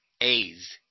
A's